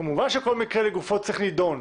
כמובן שכל מקרה לגופו צריך לדון,